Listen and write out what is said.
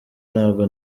ntabwo